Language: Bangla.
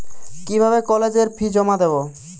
কিভাবে কলেজের ফি জমা দেবো?